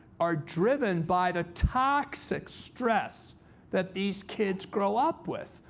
are driven by the toxic stress that these kids grow up with,